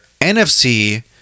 NFC